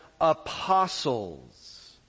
apostles